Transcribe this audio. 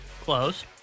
Close